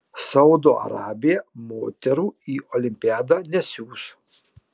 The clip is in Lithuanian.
saudo arabija moterų į olimpiadą nesiųs